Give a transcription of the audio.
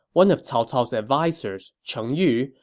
one of cao cao's advisers, cheng yu,